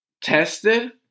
tested